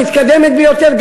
המתקדמת ביותר,